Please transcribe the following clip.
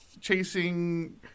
chasing